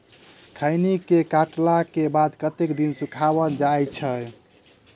खैनी केँ काटला केँ बाद कतेक दिन सुखाइल जाय छैय?